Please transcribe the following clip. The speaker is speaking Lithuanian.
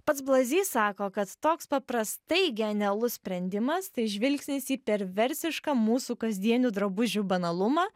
pats blazi sako kad toks paprastai genialus sprendimas tai žvilgsnis į perversišką mūsų kasdienių drabužių banalumą